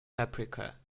paprika